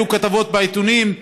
היו כתבות בעיתונים,